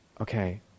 Okay